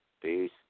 Peace